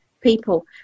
people